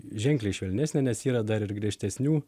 ženkliai švelnesnė nes yra dar ir griežtesnių